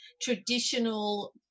traditional